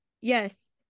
yes